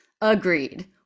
Agreed